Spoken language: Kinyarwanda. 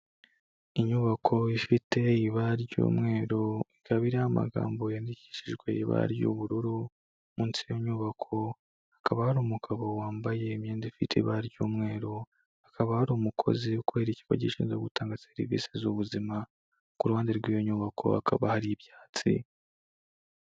Inyubako ifite ibara ry'umweru, ikaba iriho amagambo yandikishijwe ibara ry'ubururu, munsi y'iyo nyubako hakaba hari umugabo wambaye imyenda ifite ibara ry'umweru, hakaba hari umukozi ukorera ikigo gishinzwe gutanga serivisi z'ubuzima, ku ruhande rw'iyo nyubako hakaba hari ibyatsi.